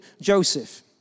Joseph